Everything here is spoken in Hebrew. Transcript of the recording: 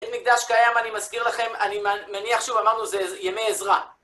מקדש קיים, אני מזכיר לכם, אני מניח, שוב אמרנו, זה ימי עזרה.